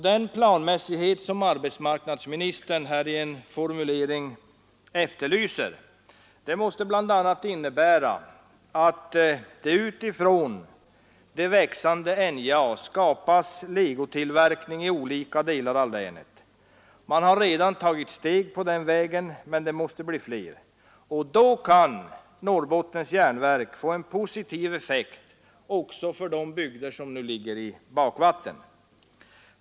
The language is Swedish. Den planmässighet som arbetsmarknadsministern här i en formulering efterlyser måste bl.a. innebära att det utifrån det växande NJA skapas legotillverkning i olika delar av landet. Man har redan tagit ett steg på den vägen, men det måste tas fler. Då kan NJA få en positiv effekt också för bygder som nu ligger i bakvatten.